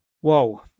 Whoa